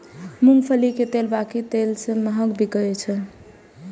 मूंगफली के तेल बाकी तेल सं महग बिकाय छै